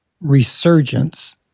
resurgence